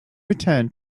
return